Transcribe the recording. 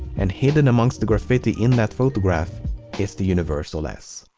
and hidden amongst the graffiti in that photograph is the universal s.